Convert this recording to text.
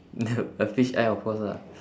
nev~ uh fish eye of course ah